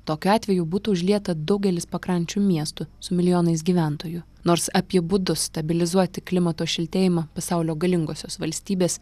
tokiu atveju būtų užlieta daugelis pakrančių miestų su milijonais gyventojų nors apie būdus stabilizuoti klimato šiltėjimą pasaulio galingosios valstybės